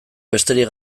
besterik